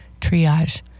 triage